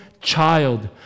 child